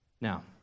Now